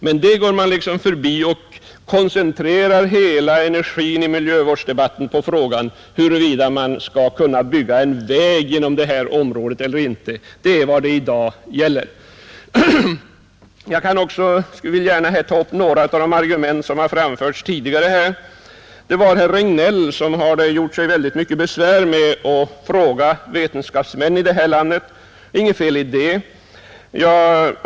Men dem går man förbi och koncentrerar hela sin energi i miljövårdsdebatten på frågan huruvida man kan bygga en väg genom detta område eller inte. Det är vad det i dag gäller. Jag vill gärna ta upp några av de argument som har framförts tidigare i dag. Herr Regnéll har gjort sig mycket besvär med att fråga vetenskapsmän i landet, och det är inget fel i det.